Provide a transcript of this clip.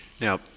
Now